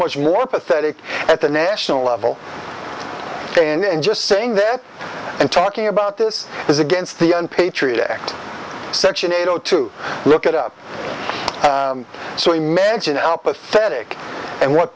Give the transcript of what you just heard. much more pathetic at the national level and just saying that and talking about this is against the patriot act section eight o two look it up so imagine how pathetic and what